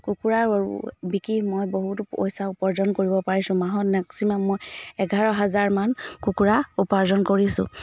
কুকুৰা বিকি মই বহুতো পইচা উপাৰ্জন কৰিব পাৰিছো মাহত মেক্সিমাম মই এঘাৰ হাজাৰমান কুকুৰা উপাৰ্জন কৰিছোঁ